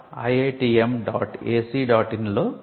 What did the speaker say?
in link లో చూడవచ్చు